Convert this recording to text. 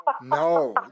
No